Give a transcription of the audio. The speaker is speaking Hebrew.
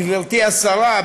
גברתי השרה,